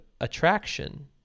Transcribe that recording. attraction